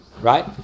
right